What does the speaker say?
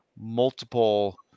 multiple